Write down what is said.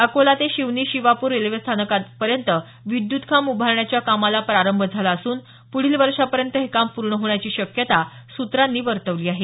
अकोला ते शिवनी शिवापुर रेल्वेस्थानकापर्यंत विद्युत खांब उभारण्याच्या कामाला प्रारंभ झाला असून पुढील वर्षापर्यंत हे काम पूर्ण होण्याची शक्यता सूत्रांनी वर्तवली आहे